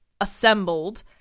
assembled